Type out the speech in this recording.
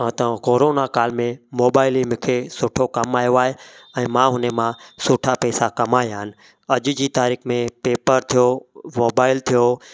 त कोरोना काल में मोबाइल ई मूंखे सुठो कमायो आहे ऐं मां हुन मां सुठा पैसा कमाया आहिनि अॼु जी तारीख़ में पेपर थियो मोबाइल थियो